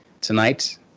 Tonight